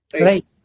right